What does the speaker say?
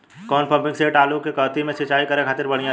कौन pumping set आलू के कहती मे सिचाई करे खातिर बढ़िया रही?